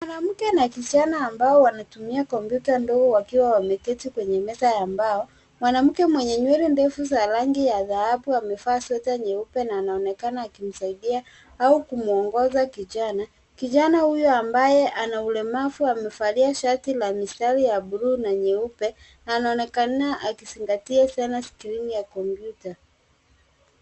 Mwanamke na kijana ambao wanatumia kompyuta wameketi kwenye meza ya mbao. Mwanamke mwenye nywele ya rangi ya dhahabu, amevaa sweta nyeupe na anaonekana akimsaidia au akimuongoza kijana. Kijana huyo ambaye ana ulemavu amevalia shati la mistari ya blue na nyuepe anaonekana akizingatia sana skrini ya kompyuta.